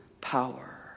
power